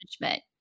management